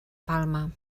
palma